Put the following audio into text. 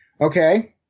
okay